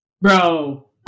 Bro